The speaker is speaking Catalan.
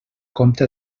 compte